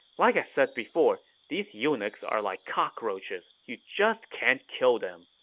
like i said before, these eunuchs are like cockroaches. you just can't kill them.